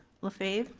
lefebvre?